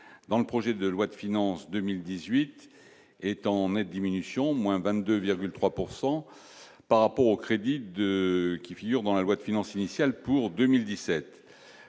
dans le projet de loi de finances 2018 est en nette diminution, moins 22,3 pourcent par rapport au crédit de qui figure dans la loi de finances initiale pour 2017,